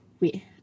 wait